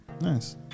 Nice